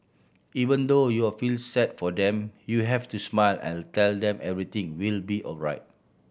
even though you will feel sad for them you have to smile and tell them everything will be alright